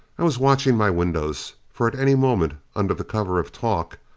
i was watching my windows for at any moment, under the cover of talk,